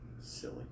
Silly